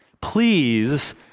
Please